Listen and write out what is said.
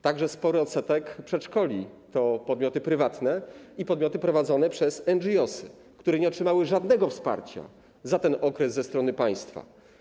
Także spory odsetek przedszkoli to podmioty prywatne i podmioty prowadzone przez NGO, które nie otrzymały żadnego wsparcia za ten okres ze strony państwa.